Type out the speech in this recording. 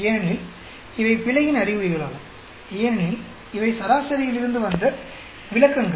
ஏனெனில் இவை பிழையின் அறிகுறிகளாகும் ஏனெனில் இவை சராசரியிலிருந்து வந்த விலக்கங்கள்